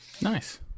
Nice